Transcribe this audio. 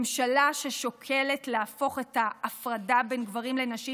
ממשלה ששוקלת להפוך את ההפרדה בין גברים לנשים